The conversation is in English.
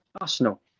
Arsenal